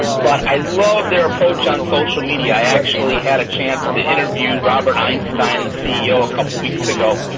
but i love their approach on social media. i actually had a chance to interview robert einstein, the ceo, a couple of weeks ago.